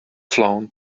flown